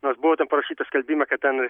nors buvo ten parašyta skelbime kad ten